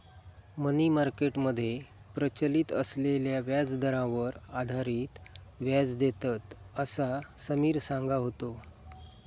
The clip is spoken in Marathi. मनी मार्केट मध्ये प्रचलित असलेल्या व्याजदरांवर आधारित व्याज देतत, असा समिर सांगा होतो